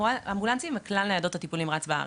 האמבולנסים וכלל ניידות הטיפול נמרץ בארץ.